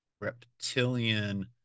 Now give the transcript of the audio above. reptilian